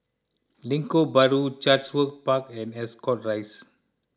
Lengkok Bahru Chatsworth Park and Ascot Rise